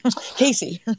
casey